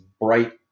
bright